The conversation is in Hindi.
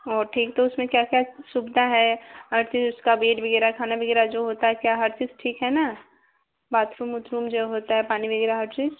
हाँ ठीक तो उसमें क्या क्या सुविधा है और फ़िर उसका बेड वगैरह खाना वगैरह जो होता है क्या हर चीज़ ठीक है ना बाथरूम उथरूम जो होता है पानी वगैरह हर चीज़